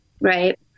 right